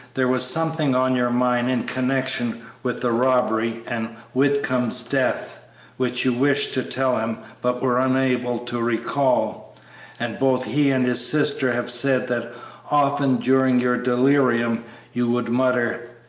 there was something on your mind in connection with the robbery and whitcomb's death which you wished to tell him but were unable to recall and both he and his sister have said that often during your delirium you would mutter,